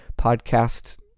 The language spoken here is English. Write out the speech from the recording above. podcast